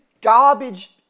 garbage